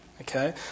okay